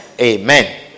amen